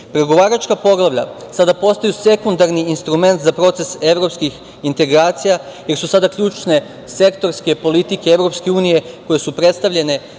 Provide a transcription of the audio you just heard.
šest. Pregovaračka poglavlja sada postaju sekundarni instrument za proces evropskih integracija, jer su sada ključne sektorske politike EU koje su predstavljene